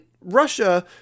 Russia